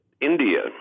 India